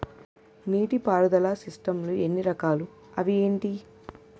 నీటిపారుదల సిస్టమ్ లు ఎన్ని రకాలు? అవి ఏంటి?